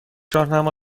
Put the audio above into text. راهنما